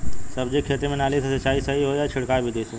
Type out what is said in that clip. सब्जी के खेती में नाली से सिचाई सही होई या छिड़काव बिधि से?